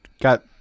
got